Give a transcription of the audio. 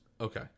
Okay